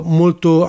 molto